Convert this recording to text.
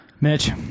Mitch